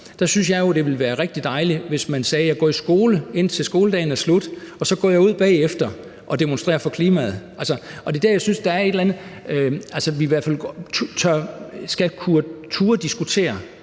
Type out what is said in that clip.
så synes jeg jo, det ville være rigtig dejligt, hvis de sagde: Jeg går i skole, indtil skoledagen er slut, og så går jeg ud bagefter og demonstrerer for klimaet. Problemet er Det er der, jeg synes, der er et eller andet, som vi i hvert fald skal turde diskutere